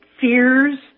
fears